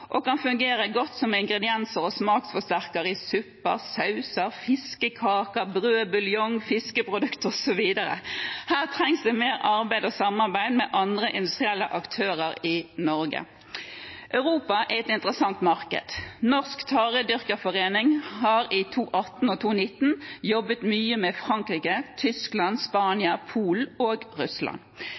og er en god salterstatter, og kan fungere godt som ingrediens og smaksforsterker i supper, sauser, fiskekaker, brød, buljong, fiskeprodukter osv. Her trengs det mer arbeid og samarbeid med andre industrielle aktører i Norge. Europa er et interessant marked. Norsk Taredyrkerforening har i 2018 og 2019 jobbet mye med Frankrike, Tyskland, Spania, Polen og Russland.